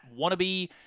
wannabe